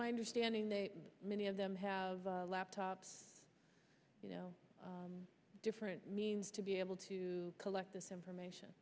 my understanding they many of them have laptops you know different means to be able to collect this information